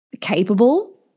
capable